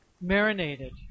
marinated